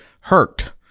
Hurt